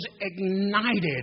ignited